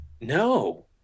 No